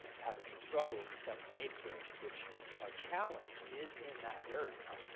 having some struggle in the seventh and eighth grade which our challenge is in that area,